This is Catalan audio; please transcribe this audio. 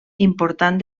important